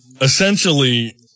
essentially